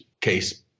case